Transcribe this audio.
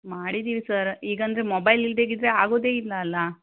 ಮಾಡಿದ್ದೀವಿ ಸರ್ ಈಗೆಂದರೆ ಮೊಬೈಲ್ ಇಲ್ಲದೆ ಇದ್ದರೆ ಆಗುವುದೇ ಇಲ್ಲ ಅಲ್ವ